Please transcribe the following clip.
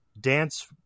dance